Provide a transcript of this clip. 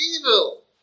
evil